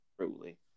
truly